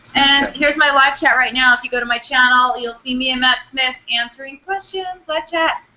and here's my live chat right now if you go to my channel you'll see me and matt smith answering questions, live chat.